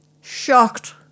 shocked